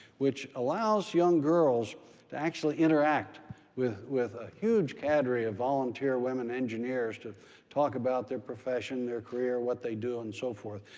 which allows young girls to actually interact with with a huge cadre of volunteer women engineers to talk about their profession, their career, what they do, and so forth.